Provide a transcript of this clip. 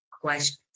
questions